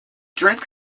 drink